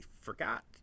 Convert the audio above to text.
forgot